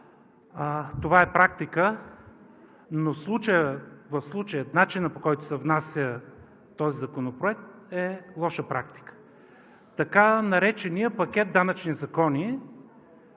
Това е практика, но в случая начинът, по който се внася този законопроект, е лоша практика – така нареченият пакет данъчни закони,